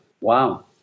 wow